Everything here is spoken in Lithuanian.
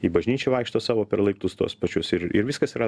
į bažnyčią vaikšto savo per laiptus tuos pačius ir ir viskas yra